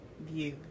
view